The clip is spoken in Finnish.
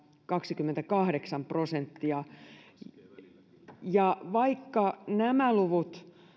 kaksikymmentäkahdeksan prosenttia vuonna kaksituhattakuusikymmentä vaikka nämä luvut